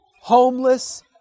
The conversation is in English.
homeless